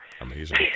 Amazing